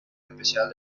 especial